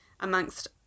Amongst